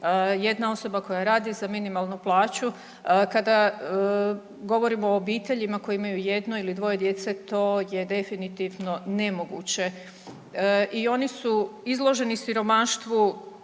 jedna osoba koja radi za minimalnu plaću kada govorimo o obiteljima koji imaju jedno ili dvoje djece to je definitivno nemoguće. I oni su izloženi siromaštvu,